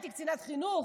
הייתי קצינת חינוך,